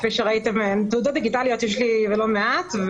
כפי שראיתם יש לי תעודות דיגיטליות ולא מעט,